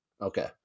Okay